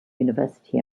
university